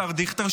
השר דיכטר,